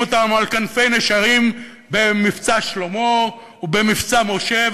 אותם על כנפי נשרים ב"מבצע שלמה" וב"מבצע משה",